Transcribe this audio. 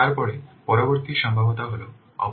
তারপরে পরবর্তী সম্ভাব্যতা হল অপারেশনাল সম্ভাব্যতা